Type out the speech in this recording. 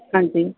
ਹਾਂਜੀ